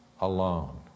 alone